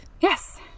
Yes